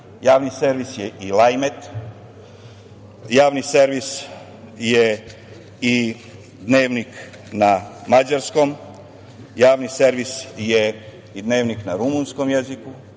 javni servis je i "Lajmet", javni servis je i Dnevnik na mađarskom, javni servis je i Dnevnik na rumunskom jeziku,